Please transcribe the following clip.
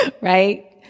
right